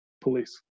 police